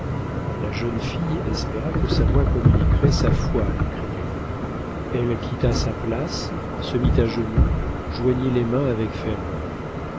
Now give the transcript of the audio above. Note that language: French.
la jeune fille espéra que sa voix communiquerait sa foi à l'incrédule elle quitta sa place se mit à genoux joignit les mains avec ferveur